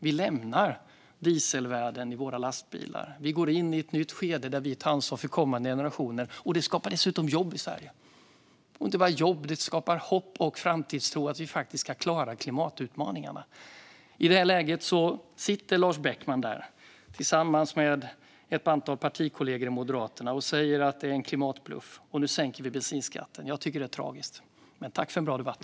Vi lämnar dieselvärlden i våra lastbilar. Vi går in i ett nytt skede där vi tar ansvar för kommande generationer. Det skapar dessutom jobb i Sverige, och inte bara jobb. Det skapar hopp och framtidstro, att vi faktiskt kan klara klimatutmaningarna. I det läget sitter Lars Beckman tillsammans med ett antal partikollegor i Moderaterna och säger: Det är en klimatbluff, och nu sänker vi bensinskatten. Jag tycker att det är tragiskt. Men tack för en bra debatt!